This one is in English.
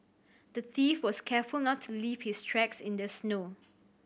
the thief was careful not to leave his tracks in the snow